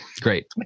great